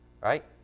Right